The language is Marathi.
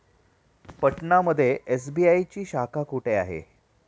पटना मध्ये एस.बी.आय ची शाखा कुठे आहे?